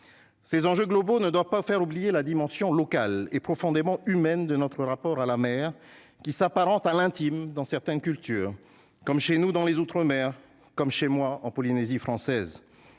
ces enjeux globaux ne doit pas faire oublier la dimension locale et profondément humaine de notre rapport à la mer qui s'apparente à l'intime dans certaines cultures comme chez nous, dans les outre-mer comme chez moi en Polynésie française,